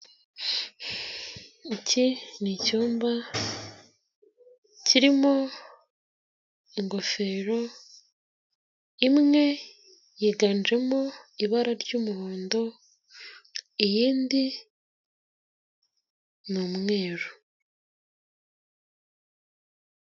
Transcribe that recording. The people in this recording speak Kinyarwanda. Iki ni icyumba kirimo ingofero imwe yiganjemo ibara ry'umuhondo, iyindi ni umweru.